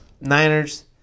Niners